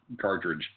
cartridge